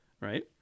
right